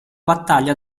battaglia